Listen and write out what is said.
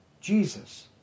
Jesus